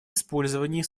использование